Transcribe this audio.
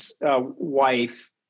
wife